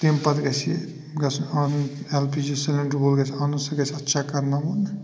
تَمہِ پتہٕ گَژھِ یہِ گَژھُن اَنُن ایل پی جی سِلینٛڈَر وول گَژھِ اَنُن سُہ گَژھِ اَتھ چیک کَرناوُن